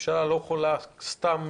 הממשלה לא יכולה סתם